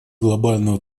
глобальную